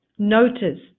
Notice